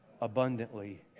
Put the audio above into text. Abundantly